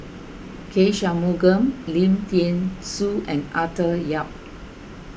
K Shanmugam Lim thean Soo and Arthur Yap